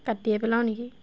কাটিয়ে পেলাওঁ নেকি